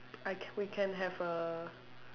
I can we can have a